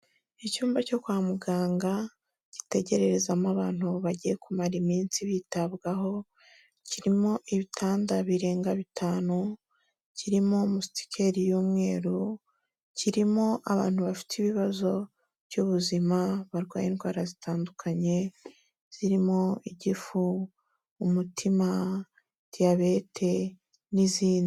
Icyumba cyo kwa muganga gitegerererezamo abantu bagiye kumara iminsi bitabwaho, kirimo ibitanda birenga bitanu, kirimo mustikeri y'umweru, kirimo abantu bafite ibibazo by'ubuzima barwaye indwara zitandukanye zirimo igifu, umutima, diyabete n'izindi.